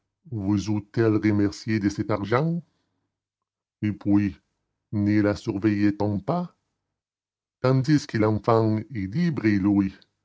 vous eût-elle remerciés de cet argent et puis ne la surveillait on pas tandis que l'enfant